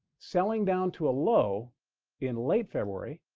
selling down to a low in late february,